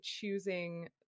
choosing